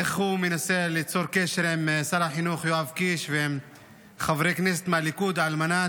איך הוא מנסה ליצור קשר עם שר החינוך יואב קיש ועם חברי כנסת מהליכוד כדי